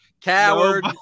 coward